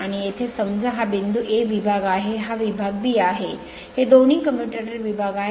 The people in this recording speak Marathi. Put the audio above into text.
आणि येथे समजा हा बिंदू A विभाग आहे हा विभाग B आहे हे दोन्ही कम्युटेटर विभाग आहेत